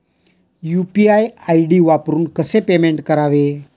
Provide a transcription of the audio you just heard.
UPI ID वापरून कसे payment करावे?